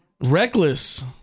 Reckless